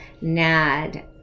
NAD